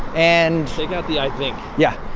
and. take out the i think yeah.